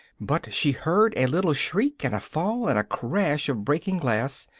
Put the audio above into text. but she heard a little shriek and a fall and a crash of breaking glass,